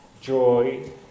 joy